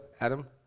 Adam